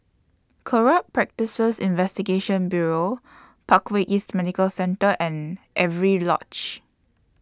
Corrupt Practices Investigation Bureau Parkway East Medical Centre and Avery Lodge